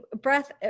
breath